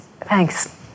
Thanks